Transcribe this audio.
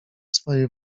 swojej